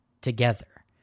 together